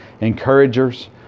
encouragers